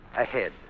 ahead